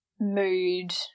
mood